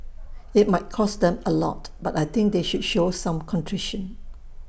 IT might cost them A lot but I think they should show some contrition